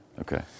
Okay